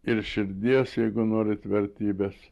ir širdies jeigu norit vertybes